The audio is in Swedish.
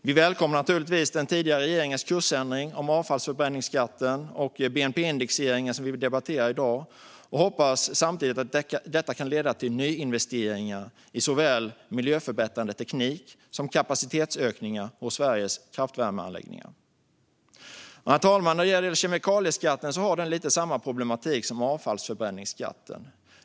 Vi välkomnar naturligtvis den tidigare regeringens kursändring om avfallsförbränningsskatten och bnp-indexeringen, som vi debatterar i dag, och hoppas att detta kan leda till nyinvesteringar i såväl miljöförbättrande teknik som kapacitetsökningar hos Sveriges kraftvärmeanläggningar. Herr talman! Kemikalieskatten har lite av samma problematik som avfallsförbränningsskatten.